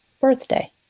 birthday